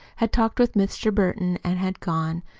had talked with mr. burton, and had gone,